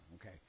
Okay